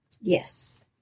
Yes